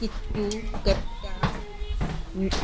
Kisku